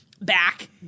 Back